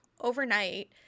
overnight